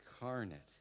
incarnate